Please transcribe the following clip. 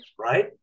right